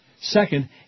Second